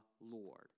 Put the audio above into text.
Lord